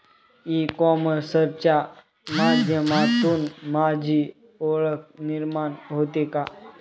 E कॉमर्सच्या माध्यमातून माझी ओळख निर्माण होते का?